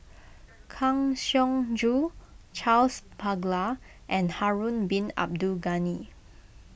Kang Siong Joo Charles Paglar and Harun Bin Abdul Ghani